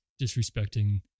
disrespecting